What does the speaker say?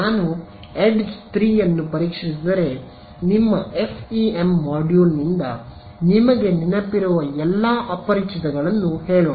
ನಾನು ಎಡ್ಜ್ 3 ಅನ್ನು ಪರೀಕ್ಷಿಸಿದರೆ ನಿಮ್ಮ FEM ಮಾಡ್ಯೂಲ್ನಿಂದ ನಿಮಗೆ ನೆನಪಿರುವ ಎಲ್ಲಾ ಅಪರಿಚಿತಗಳನ್ನು ಹೇಳೋಣ